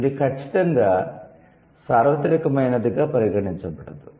ఇది ఖచ్చితంగా సార్వత్రికమైనదిగా పరిగణించబడదు